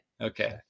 Okay